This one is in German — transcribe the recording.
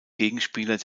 gegenspieler